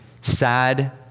sad